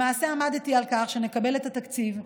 למעשה עמדתי על כך שנקבל את התקציב,